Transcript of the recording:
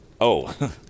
Oh